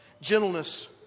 Gentleness